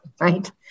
right